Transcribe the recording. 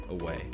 away